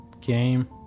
game